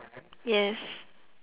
yes